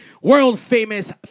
World-famous